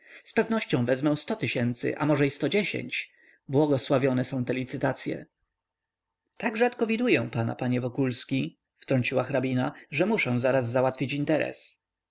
z pewnością wezmę sto tysięcy a może i sto dziesięć błogosławione są te licytacye tak rzadko widuję pana panie wokulski wtrąciła hrabina że muszę zaraz załatwić interes